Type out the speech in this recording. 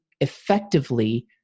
effectively